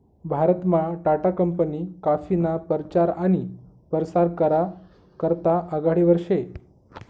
भारतमा टाटा कंपनी काफीना परचार आनी परसार करा करता आघाडीवर शे